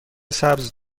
سبز